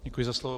Děkuji za slovo.